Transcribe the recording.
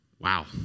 Wow